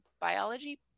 biology